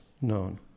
known